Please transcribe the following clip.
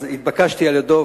התבקשתי על-ידו,